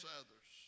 others